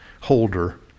holder